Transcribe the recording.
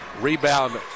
Rebound